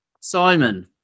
Simon